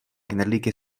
knedlíky